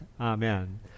Amen